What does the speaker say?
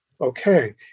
okay